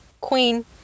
Queen